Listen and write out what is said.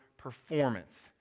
Performance